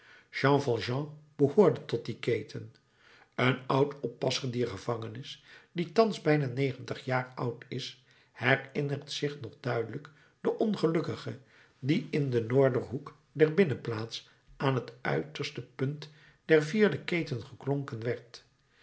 behoorde tot dien keten een oud oppasser dier gevangenis die thans bijna negentig jaar oud is herinnert zich nog duidelijk den ongelukkige die in den noorderhoek der binnenplaats aan t uiterste punt der vierde keten geklonken werd